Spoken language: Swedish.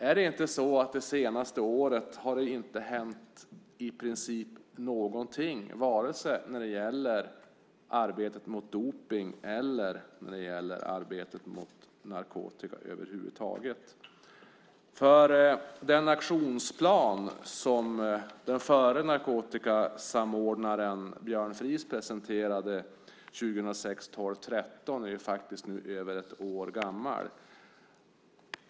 Är det inte så att det under det senaste året i princip inte har hänt någonting vare sig när det gäller arbetet mot dopning eller när det gäller arbetet mot narkotika över huvud taget? Den aktionsplan som den förre narkotikasamordnaren Björn Fries presenterade den 13 december 2006 är nu över ett år gammal.